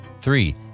Three